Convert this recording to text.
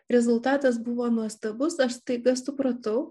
rezultatas buvo nuostabus aš staiga supratau